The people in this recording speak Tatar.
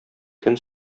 көн